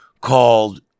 called